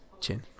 chin